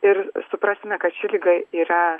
ir suprasime kad ši liga yra